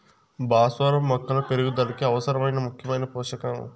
భాస్వరం మొక్కల పెరుగుదలకు అవసరమైన ముఖ్యమైన పోషకం